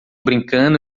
brincando